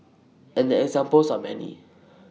and the examples are many